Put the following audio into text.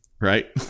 Right